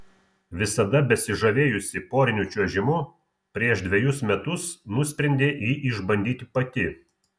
visada besižavėjusi poriniu čiuožimu prieš dvejus metus nusprendė jį išbandyti pati